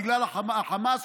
בגלל החמאס,